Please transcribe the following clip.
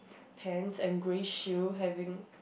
pants and grey shoe having